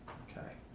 okay,